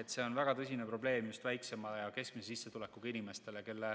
et see on väga tõsine probleem just väiksema ja keskmise sissetulekuga inimestele, kelle